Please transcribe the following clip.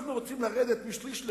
אנחנו רוצים לרדת משליש לרבע.